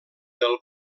del